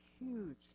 huge